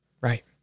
Right